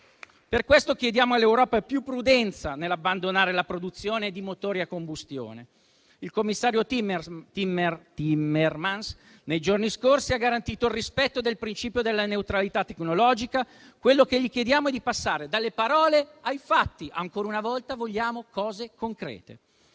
Per questo chiediamo all'Europa più prudenza nell'abbandonare la produzione di motori a combustione. Il commissario Timmermans nei giorni scorsi ha garantito il rispetto del principio della neutralità tecnologica; quello che gli chiediamo è di passare dalle parole ai fatti. Ancora una volta, vogliamo cose concrete.